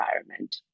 environment